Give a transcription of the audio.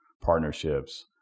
Partnerships